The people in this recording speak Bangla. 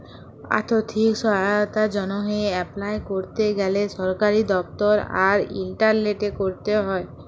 আথ্থিক সহায়তার জ্যনহে এপলাই ক্যরতে গ্যালে সরকারি দপ্তর আর ইলটারলেটে ক্যরতে হ্যয়